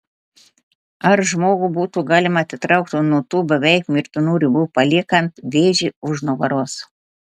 ar žmogų būtų galima atitraukti nuo tų beveik mirtinų ribų paliekant vėžį už nugaros